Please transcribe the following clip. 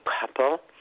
couple